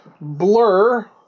blur